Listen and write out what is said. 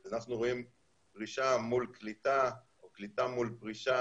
אז אנחנו רואים פרישה מול קליטה או קליטה מול פרישה,